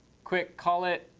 quick call it